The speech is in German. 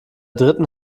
dritten